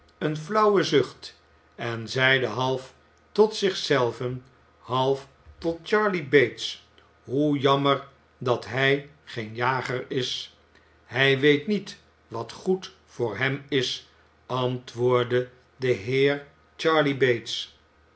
een flauwen zucht en zeide half tot zich zelven half tot charley bates hoe jammer dat hij geen jager is hij weet niet wat goed voor hem is antwoordde de heer charley bates